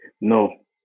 No